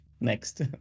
next